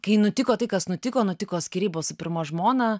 kai nutiko tai kas nutiko nutiko skyrybos su pirma žmona